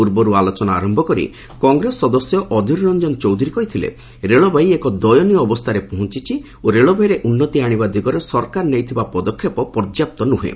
ପୂର୍ବରୁ ଆଲୋଚନା ଆରମ୍ଭ କରି କଂଗ୍ରେସ ସଦସ୍ୟ ଅଧୀରଞ୍ଜନ ଚୌଧୁରୀ କହିଥିଲେ ରେଳବାଇ ଏକ ଦୟନୀୟ ଅବସ୍ଥାରେ ପହଞ୍ଚିଛି ଓ ରେଳବାଇରେ ଉନ୍ତି ଆଣିବା ଦିଗରେ ସରକାର ନେଇଥିବା ପଦକ୍ଷେପ ପର୍ଯ୍ୟାପ୍ତ ନୃହେଁ